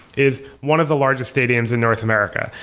is one of the largest stadiums in north america.